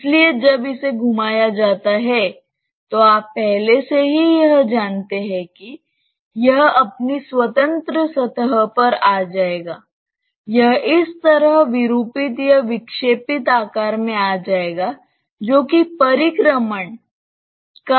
इसलिए जब इसे घुमाया जाता है तो आप पहले से ही यह जानते हैं कि यह अपनी स्वतंत्र सतह पर आ जाएगा यह इस तरह विरूपित या विक्षेपित आकार में आ जाएगा जो कि परिक्रमण का एक परवलयज है